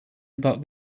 about